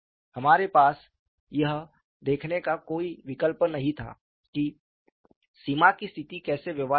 हमारे पास यह देखने का कोई विकल्प नहीं था कि सीमा की स्थिति कैसे व्यवहार करती है